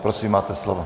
Prosím, máte slovo.